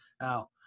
Now